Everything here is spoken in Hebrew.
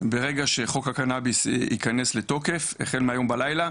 ברגע שחוק הקנאביס ייכנס לתוקף החל מהיום בלילה,